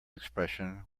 expression